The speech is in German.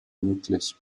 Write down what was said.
möglich